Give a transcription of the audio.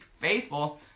faithful